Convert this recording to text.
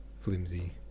flimsy